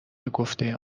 بگفته